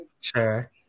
Sure